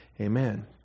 Amen